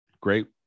great